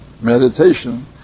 meditation